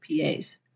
PAs